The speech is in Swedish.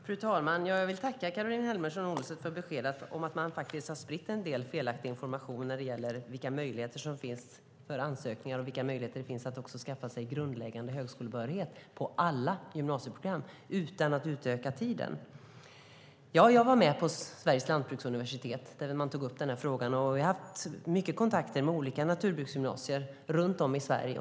Fru talman! Jag vill tacka Caroline Helmersson Olsson för beskedet att man faktiskt har spritt en del felaktig information när det gäller vilka möjligheter som finns för ansökningar och vilka möjligheter det finns att också skaffa sig grundläggande högskolebehörighet på alla gymnasieprogram utan att utöka tiden. Ja, jag var med på Sveriges lantbruksuniversitet där man tog upp denna fråga. Jag har haft mycket kontakter med olika naturbruksgymnasier runt om i Sverige.